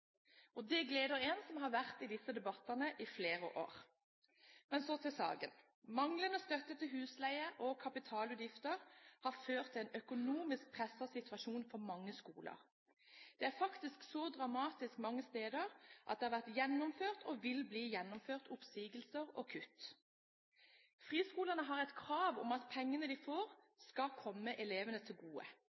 Det gleder en som har vært med i disse debattene i flere år. Så til saken: Manglende støtte til husleie og kapitalutgifter har ført til en økonomisk presset situasjon for mange skoler. Den er faktisk så dramatisk mange steder at det har vært gjennomført – og vil bli gjennomført – oppsigelser og kutt. Friskolene har et krav om at pengene de får, skal komme elevene til gode.